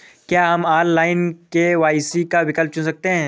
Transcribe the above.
क्या हम online KYC का विकल्प चुन सकते हैं?